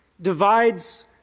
divides